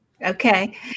Okay